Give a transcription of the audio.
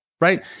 right